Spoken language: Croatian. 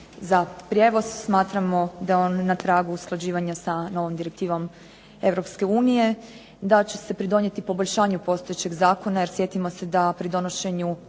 za prijevoz. Smatramo da je on na tragu usklađivanja sa novom direktivom Europske unije, da će se pridonijeti poboljšanju postojećeg zakona, jer sjetimo se da pri donošenju